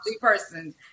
person